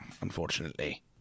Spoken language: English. unfortunately